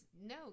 no